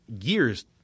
years